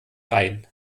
rein